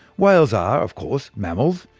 whales are, of course, mammals,